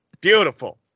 beautiful